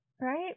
right